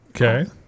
Okay